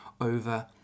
over